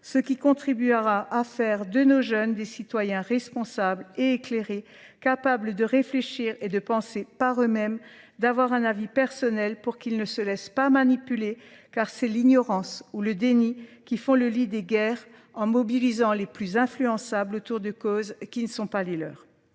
ce qui contribuera à faire de nos jeunes des citoyens responsables et éclairés capables de réfléchir et de penser par eux-mêmes, d'avoir un avis personnel pour qu'ils ne se laissent pas manipuler car c'est l'ignorance ou le déni qui font le lit des guerres en mobilisant les plus influençables autour de causes qui ne sont pas les leurs.